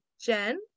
Jen